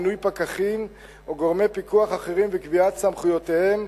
מינוי פקחים או גורמי פיקוח אחרים וקביעת סמכויותיהם,